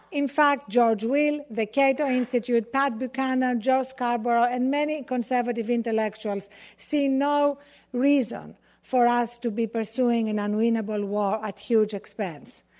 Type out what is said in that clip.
in fact george will, the cato institute, pat buchanan, joe scarborough, and many conservative intellectuals see no reason for us to be pursuing an unwinnable war at huge expense.